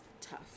tough